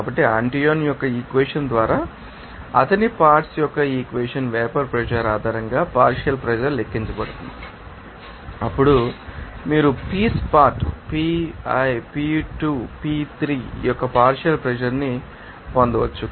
కాబట్టి ఆంటోయిన్ యొక్క ఈక్వెషన్ ద్వారా అతని పార్ట్శ్ యొక్క ఈ ఈక్వేషన్ వేపర్ ప్రెషర్ ఆధారంగా పార్షియల్ ప్రెషర్ లెక్కించబడుతుంది అప్పుడు మీరు piece part p1 p2 p3 యొక్క పార్షియల్ ప్రెషర్ ని పొందవచ్చు